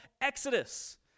Exodus